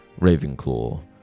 Ravenclaw